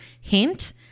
hint